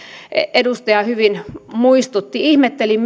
edustaja hyvin muistutti ihmettelin